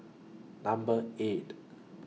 Number eight